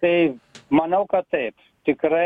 tai manau kad taip tikrai